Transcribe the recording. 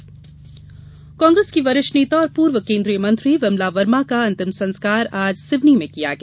विमला वर्मा निधन कांग्रेस की वरिष्ठ नेता और पूर्व केन्द्रीय मंत्री विमला वर्मा का अंतिम संस्कार आज सिवनी में किया गया